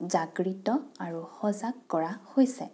জাগৃত আৰু সজাগ কৰা হৈছে